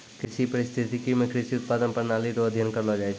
कृषि परिस्थितिकी मे कृषि उत्पादन प्रणाली रो अध्ययन करलो जाय छै